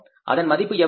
அதன் மதிப்பு எவ்வளவு